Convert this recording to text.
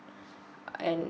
and